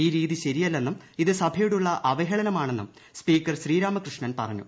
ഈ രീതി ശരിയല്ലെന്നും ഇത് സഭയോടുള്ള അവഹേളനമാണെന്നും സ്പീക്കർ ശ്രീരാമകൃഷ്ണൻ പറഞ്ഞു